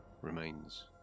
remains